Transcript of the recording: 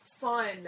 fun